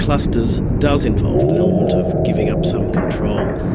clusters does involve an element of giving up some control.